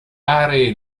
aree